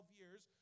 years